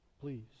please